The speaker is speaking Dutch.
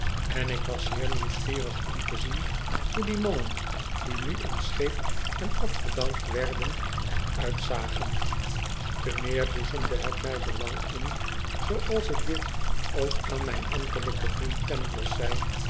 en ik was zeer nieuwsgierig om te zien hoe die mannen die nu ontscheept en afgedankt werden er uitzagen te meer boezemde het mij belang in zooals ik dit ook aan mijn ambtelijken vriend pangloss zei